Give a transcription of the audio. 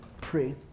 pray